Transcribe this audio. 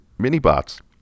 minibots